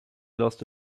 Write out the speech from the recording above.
lost